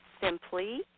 simply